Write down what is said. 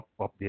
update